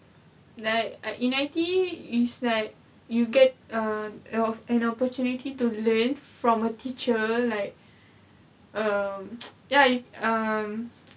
like I in I_T_E is like you get a lot of an opportunity to learn from a teacher like um ya um